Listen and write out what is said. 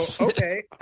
okay